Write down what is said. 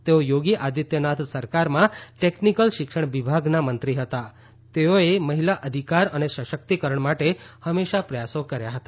તેઓ યોગી આદિત્યનાથ સરકારમાં ટેકનીક્લ શિક્ષણ વિભાગના મંત્રી હતા તેઓએ મહિલા અધિકાર અને સશક્તિકરણ માટે હંમેશા પ્રયાસો કર્યા હતા